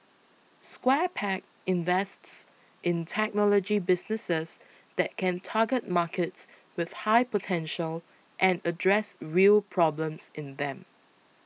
Square Peg invests in technology businesses that can target markets with high potential and address real problems in them